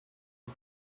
you